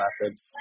methods